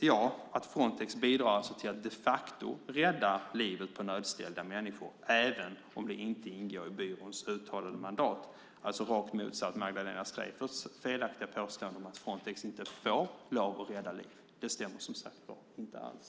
Jo, att Frontex bidrar till att de facto rädda livet på nödställda människor även om det inte ingår i byråns uttalade mandat, alltså tvärtemot Magdalena Streijfferts felaktiga påstående om att Frontex inte får lov att rädda liv. Det stämmer, som sagt, inte alls.